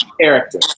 character